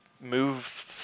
move